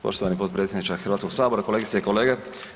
Poštovani potpredsjedniče Hrvatskog sabora, kolegice i kolege.